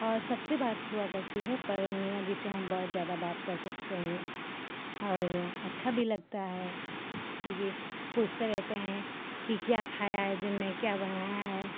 और सबसे बात हुआ करती है पर मियाँ जी से हम बहुत ज़्यादा बात कर सकते हैं और अच्छा भी लगता है क्योंकि पूछते रहते हैं कि क्या खाया है दिन में क्या बनाया है